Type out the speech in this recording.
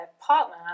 partner